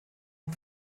und